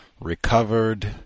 recovered